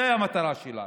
זו המטרה שלנו,